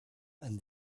and